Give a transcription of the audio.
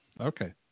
okay